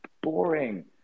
boring